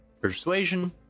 persuasion